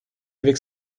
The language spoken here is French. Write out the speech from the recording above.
avec